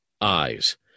eyes